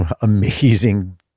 amazing